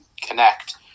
connect